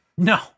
No